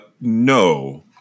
No